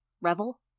Revel